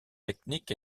technique